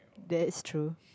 that's true